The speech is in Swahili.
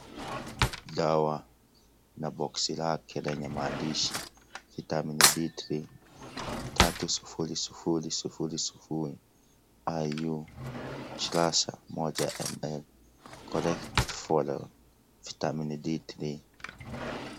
Dawa na box lake lenye maandishi; vitamin d3 0000iu# 1ml chorestflorel vitamin d3 .